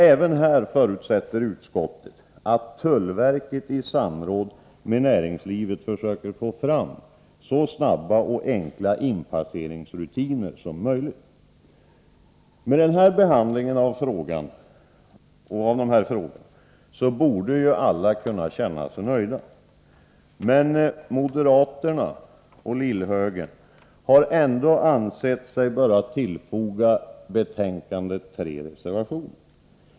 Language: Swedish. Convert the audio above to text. Även här förutsätter utskottet att tullverket i samråd med näringslivet försöker få fram så snabba och enkla inpasseringsrutiner som möjligt. Med denna behandling av frågorna borde alla kunna känna sig nöjda, men moderaterna och ”lillhögern” har ändå ansett sig böra tillfoga betänkandet tre reservationer.